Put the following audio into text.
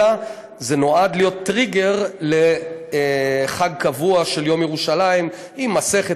אלא זה נועד להיות טריגר לחג קבוע של יום ירושלים עם מסכת,